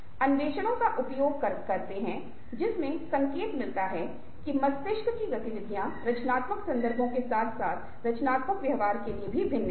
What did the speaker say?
अन्वेषणों का उपयोग करते है जिससे संकेत मिलता है कि मस्तिष्क की गतिविधियाँ रचनात्मक संदर्भों के साथ साथ रचनात्मक व्यवहार के लिए भी भिन्न हैं